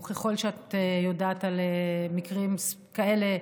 וככל שאת יודעת על מקרים כאלה,